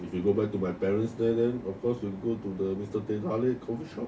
if you go back to my parents there then of course you go to the mister teh tarik coffeeshop